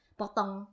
potong